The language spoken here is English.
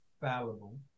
fallible